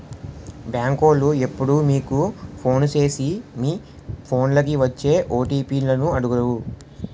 బేంకోలు ఎప్పుడూ మీకు ఫోను సేసి మీ ఫోన్లకి వచ్చే ఓ.టి.పి లను అడగరు